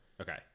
okay